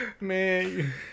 man